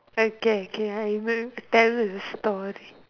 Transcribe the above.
okay okay I will tell you a story